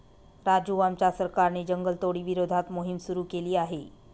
राजू आमच्या सरकारने जंगलतोडी विरोधात मोहिम सुरू केली आहे